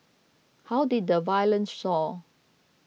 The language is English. how did the violence soar